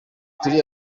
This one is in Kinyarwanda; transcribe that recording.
turi